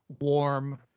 warm